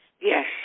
Yes